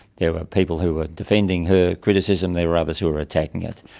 there were people who were defending her criticism, there were others who were attacking it.